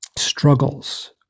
struggles